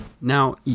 Now